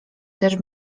też